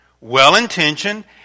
well-intentioned